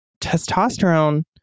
testosterone